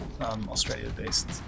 Australia-based